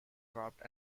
dropped